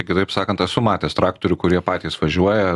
kitaip sakant esu matęs traktorių kurie patys važiuoja